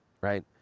right